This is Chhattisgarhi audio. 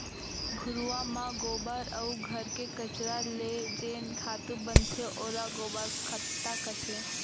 घुरूवा म गोबर अउ घर के कचरा ले जेन खातू बनथे ओला गोबर खत्ता कथें